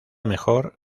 mejor